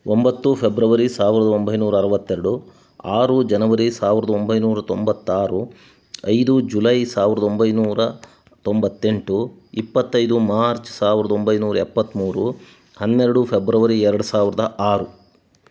ಒಂಬತ್ತು ಫೆಬ್ರವರಿ ಸಾವಿರದ ಒಂಬೈನೂರ ಅರುವತ್ತೆರಡು ಆರು ಜನವರಿ ಸಾವಿರದ ಒಂಬೈನೂರ ತೊಂಬತ್ತಾರು ಐದು ಜುಲೈ ಸಾವಿರದ ಒಂಬೈನೂರ ತೊಂಬತ್ತೆಂಟು ಇಪ್ಪತ್ತೈದು ಮಾರ್ಚ್ ಸಾವಿರದ ಒಂಬೈನೂರ ಎಪ್ಪತ್ಮೂರು ಹನ್ನೆರಡು ಫೆಬ್ರವರಿ ಎರಡು ಸಾವಿರದ ಆರು